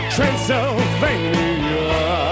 Transylvania